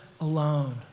alone